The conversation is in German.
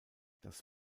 das